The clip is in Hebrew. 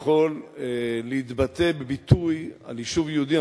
יכול להתבטא בביטוי על יישוב יהודי,